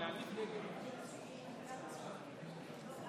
הצעת חוק